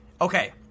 Okay